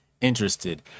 interested